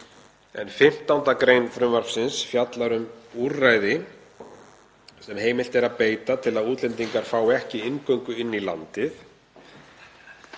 en 15. gr. frumvarpsins fjallar um úrræði sem heimilt er að beita til að útlendingar fái ekki inngöngu inn í landið.